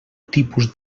tipus